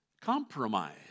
compromise